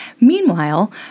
Meanwhile